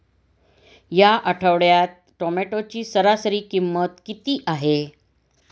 या आठवड्यात टोमॅटोची सरासरी किंमत किती आहे?